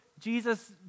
Jesus